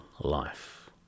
life